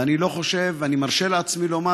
ואני מרשה לעצמי לומר,